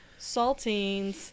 saltines